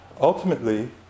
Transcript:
Ultimately